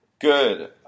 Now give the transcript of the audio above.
good